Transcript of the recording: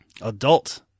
adult